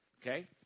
okay